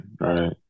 right